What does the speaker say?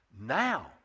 now